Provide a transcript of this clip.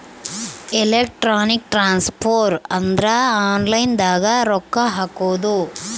electronic transfer ಅಂದ್ರ online ದಾಗ ರೊಕ್ಕ ಹಾಕೋದು